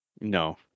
No